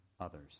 others